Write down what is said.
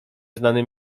znanym